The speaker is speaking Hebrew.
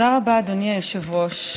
תודה רבה, אדוני היושב-ראש.